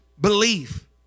belief